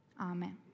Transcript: Amen